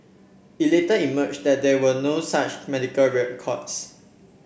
it later emerged that there were no such medical records